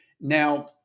Now